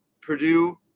Purdue